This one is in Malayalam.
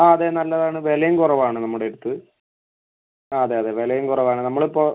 ആ അതെ നല്ലതാണ് വിലയും കുറവാണ് നമ്മുടെ അടുത്ത് ആ അതെ അതെ വിലയും കുറവാണ് നമ്മളിപ്പോൾ